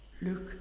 Look